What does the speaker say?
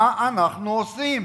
מה אנחנו עושים?